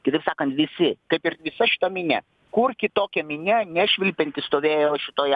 kitaip sakant visi kaip ir visa šita minia kur kitokia minia nešvilpianti stovėjo šitoj